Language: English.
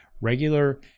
regular